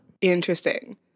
Interesting